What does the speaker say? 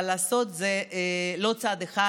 אבל לעשות זה לא צעד אחד,